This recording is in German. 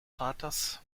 vaters